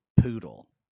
Poodle